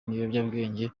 n’ibiyobyabwenge